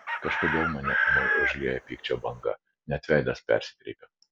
kažkodėl mane ūmiai užlieja pykčio banga net veidas persikreipia